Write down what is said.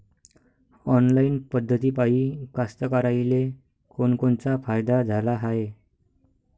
Online पद्धतीपायी कास्तकाराइले कोनकोनचा फायदा झाला हाये?